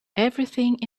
everything